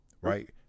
right